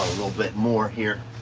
little bit more here.